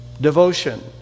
devotion